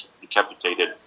Decapitated